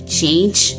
change